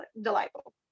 delightful